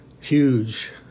huge